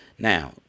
Now